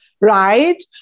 right